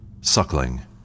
Suckling